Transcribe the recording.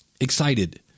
excited